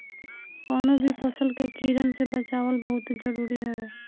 कवनो भी फसल के कीड़न से बचावल बहुते जरुरी हवे